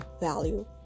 value